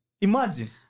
Imagine